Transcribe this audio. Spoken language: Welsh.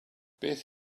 beth